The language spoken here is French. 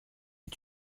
est